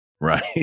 Right